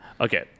Okay